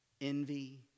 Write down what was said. envy